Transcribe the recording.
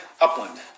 Upland